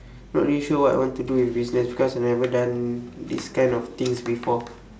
not really sure what I want to do with business because I never done this kind of things before